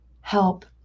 help